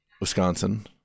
Wisconsin